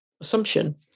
assumption